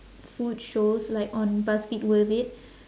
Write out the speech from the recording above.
food shows like on buzzfeed worth it